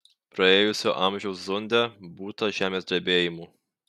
praėjusio amžiaus zunde būta žemės drebėjimų